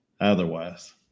otherwise